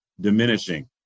diminishing